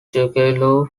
juggalo